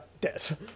dead